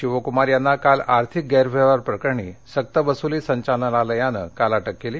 शिवकुमार यांना काल आर्थिक गैरव्यवहार प्रकरणी सक्त वसुली संचलनालयानं काल अटक केली